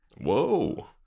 whoa